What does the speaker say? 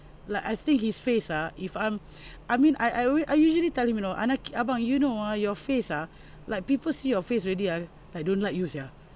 like I think his face ah if I'm I mean I I always I usually tell him you know anaki ahbang you know uh your face ah like people see your face already ah I don't like you sia